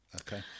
Okay